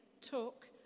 took